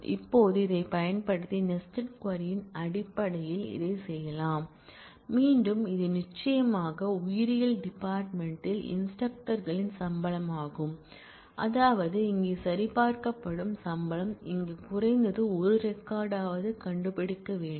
இப்போது இதைப் பயன்படுத்தி நெஸ்டட் க்வரி ன் அடிப்படையில் இதைச் செய்யலாம் மீண்டும் இது நிச்சயமாக உயிரியல் டிபார்ட்மென்ட் யில் இன்ஸ்டிரக்டர் களின் சம்பளமாகும் அதாவது இங்கே சரிபார்க்கப்படும் சம்பளம் இங்கு குறைந்தது ஒரு ரெக்கார்ட் யாவது கண்டுபிடிக்க வேண்டும்